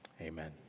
amen